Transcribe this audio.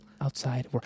outside